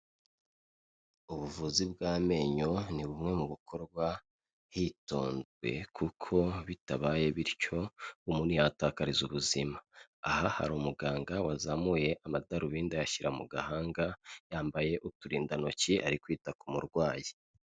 Ubuvuzi bw'amenyo ni bumwe mu bikorwa hitonzwe, kuko bitabaye bityo umuntu yahatakariza ubuzima. Aha hari umuganga wazamuye amadarubindi ayashyira mu gahanga, yambaye uturindantoki ari kwita ku murwayi.